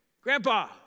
Grandpa